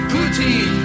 Putin